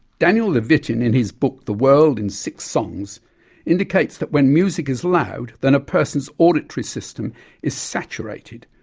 daniel levitin in his book the world in six songs indicates that when music is loud then a person's auditory system is saturated,